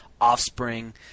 offspring